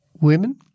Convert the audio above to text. women